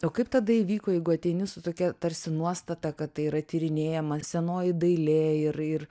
o kaip tada įvyko jeigu ateini su tokia tarsi nuostata kad tai yra tyrinėjama senoji dailė ir ir